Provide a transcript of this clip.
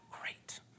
great